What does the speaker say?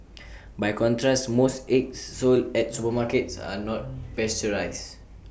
by contrast most eggs sold at supermarkets are not pasteurised